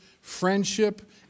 friendship